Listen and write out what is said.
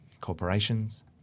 corporations